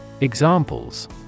Examples